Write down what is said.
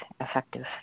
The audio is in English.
effective